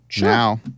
Now